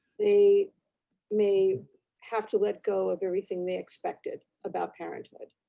they may have to let go of everything they expected about parenthood.